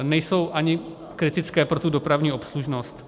Nejsou ani kritické pro tu dopravní obslužnost.